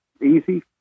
Easy